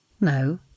No